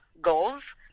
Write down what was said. goals